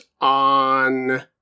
on